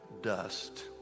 dust